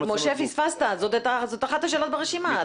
משה, פספסת, זאת אחת השאלות ברשימה.